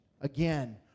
Again